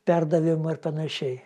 perdavėm ar panašiai